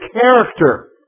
character